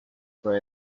fue